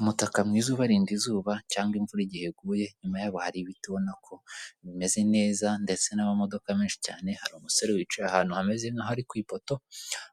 Umutaka mwiza ubarinda izuba cyangwa imvura igihe iguye inyuma yabo hari ibiti ubonako bimezeneza ndetse n'amamodoka menshi cyane hari umusore wicaye ahantu hameze nkaho ari kwipoto